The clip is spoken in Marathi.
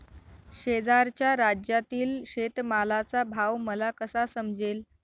शेजारच्या राज्यातील शेतमालाचा भाव मला कसा समजेल?